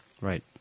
Right